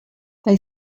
they